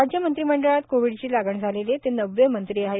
राज्य मंत्रिमंडळात कोविडची लागण झालेले ते नववे मंत्री आहेत